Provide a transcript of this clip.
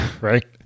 Right